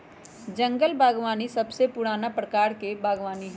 जंगल बागवानी सबसे पुराना प्रकार के बागवानी हई